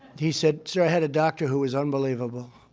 he said, sir, i had a doctor who was unbelievable,